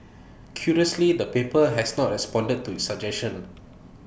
curiously the paper has not responded to suggestion